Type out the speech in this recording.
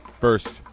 First